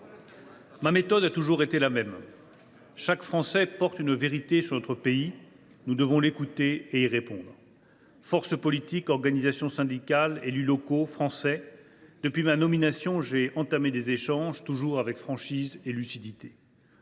Ma méthode a toujours été la même. Chaque Français porte une vérité sur notre pays. Nous devons l’écouter et y répondre. Forces politiques, organisations syndicales, élus locaux et citoyens : depuis ma nomination, j’ai entamé des échanges avec eux, toujours avec franchise et lucidité.